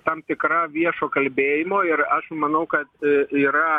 tam tikra viešo kalbėjimo ir aš manau kad yra